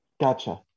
Gotcha